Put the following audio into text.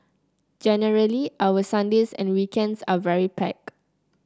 generally our Sundays and weekends are very packed